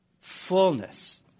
Fullness